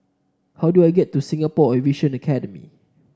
how do I get to Singapore Aviation Academy